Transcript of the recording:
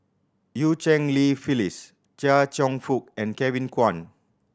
Eu Cheng Li Phyllis Chia Cheong Fook and Kevin Kwan